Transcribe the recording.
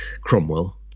Cromwell